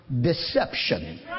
Deception